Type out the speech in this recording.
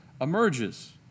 emerges